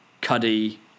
Cuddy